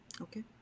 Okay